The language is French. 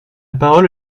parole